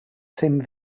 same